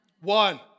One